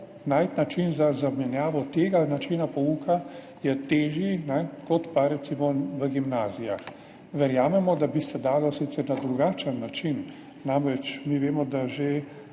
najti način za zamenjavo tega načina pouka, kot pa recimo v gimnazijah. Verjamemo, da bi se dalo sicer na drugačen način, namreč mi vemo, da že